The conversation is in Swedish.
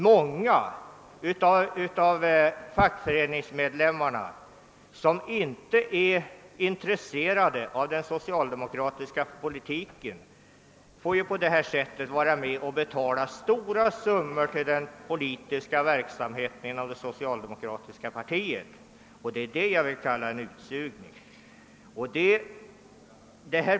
Många av fackföreningsmedlemmarna som inte är intresserade av den socialdemokratiska politiken får på detta sätt vara med om att betala stora summor till det socialdemokratiska partiets politiska verksamhet, och det vill jag kalla utsugning.